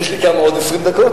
יש לי כמה, עוד 20 דקות?